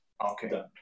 Okay